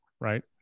right